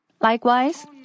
Likewise